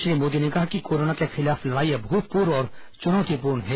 श्री मोदी ने कहा कि कोरोना के खिलाफ लड़ाई अभूतपूर्व और चुनौतीपूर्ण है